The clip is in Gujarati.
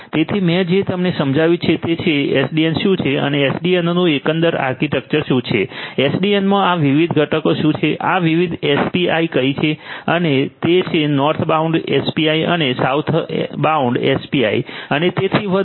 તેથી મેં જે તમને સમજાવ્યું છે તે છે એસડીએન શું છે અને એસડીએનનું એકંદર આર્કિટેક્ચર શું છે એસડીએનનાં આ વિવિધ ઘટકો શું છે આ વિવિધ એપીઆઈ કઇ છે તે છે નોર્થબાઉન્ડ એપીઆઈ અને સાઉથબાઉન્ડ એપીઆઇ અને તેથી વધુ